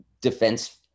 defense